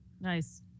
Nice